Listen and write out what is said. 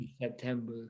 September